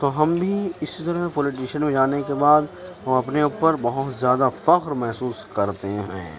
تو ہم بھی اسی طرح پولیٹیشین میں جانے کے بعد ہم اپنے اوپر بہت زیادہ فخر محسوس کرتے ہیں